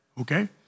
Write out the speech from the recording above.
okay